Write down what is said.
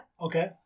Okay